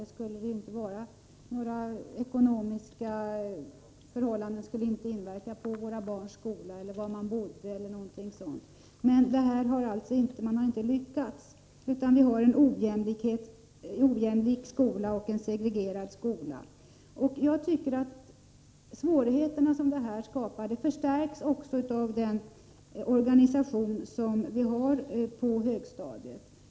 Ekonomiska förhållanden, var man bodde o. d. skulle ju inte inverka på våra barns skola. Man har emellertid inte lyckats i detta avseende, utan vi har en ojämlik och segregerad skola. De svårigheter som detta skapar förstärks av den organisation som finns på högstadiet.